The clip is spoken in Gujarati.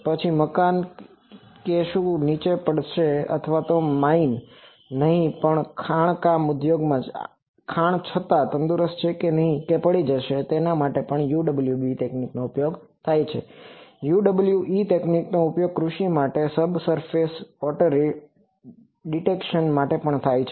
પછી મકાન કે શું તે નીચે પડશે અથવા માઈનMineખાણો નહીં પણ ખાણકામ ઉદ્યોગમાં ખાણ છત તંદુરસ્ત છે કે નહીં તે પડી જશે કે કેમ UWE તકનીકનો ઉપયોગ કૃષિ માટેના સબસર્ફેસ વોટર ડિટેક્શન માટે પણ થાય છે